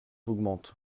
augmentent